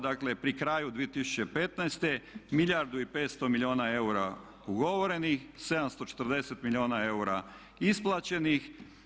Dakle, pri kraju 2015. milijardu i 500 milijuna eura ugovorenih, 740 milijuna eura isplaćenih.